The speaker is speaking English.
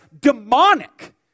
demonic